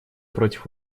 против